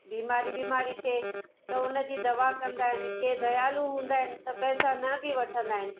बीमारी विमारी थिए त उनजी दवा कंदा आहिनि केरू दयालू हूंदा आहिनि त पैसा न बि वठंदा आहिनि